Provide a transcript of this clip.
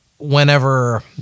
Whenever